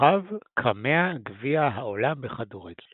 מורחב – קמע גביע העולם בכדורגל